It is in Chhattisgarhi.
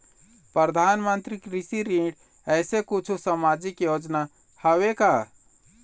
परधानमंतरी कृषि ऋण ऐसे कुछू सामाजिक योजना हावे का?